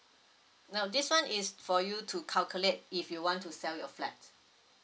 no this [one] is for you to calculate if you want to sell your flat